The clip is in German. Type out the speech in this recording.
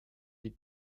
die